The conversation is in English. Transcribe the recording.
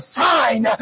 sign